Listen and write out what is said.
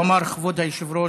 הוא אמר: כבוד היושב-ראש,